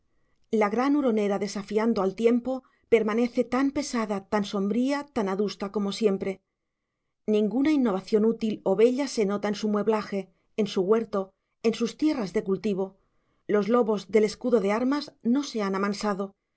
la gran huronera desafiando al tiempo permanece tan pesada tan sombría tan adusta como siempre ninguna innovación útil o bella se nota en su mueblaje en su huerto en sus tierras de cultivo los lobos del escudo de armas no se han amansado